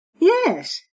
Yes